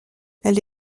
elle